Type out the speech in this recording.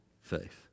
faith